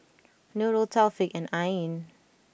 Nurul Taufik and Ain